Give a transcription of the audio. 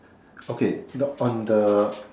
okay the on the